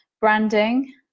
branding